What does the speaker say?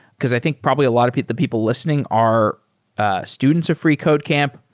because i think probably a lot of the people lis tening are students of freecodecamp,